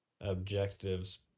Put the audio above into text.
objectives